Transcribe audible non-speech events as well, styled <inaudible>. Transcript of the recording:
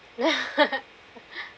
<laughs>